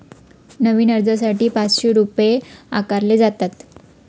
नवीन अर्जासाठी पाचशे रुपये आकारले जातात